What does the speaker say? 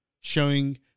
showing